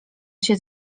się